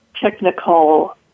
technical